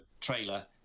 trailer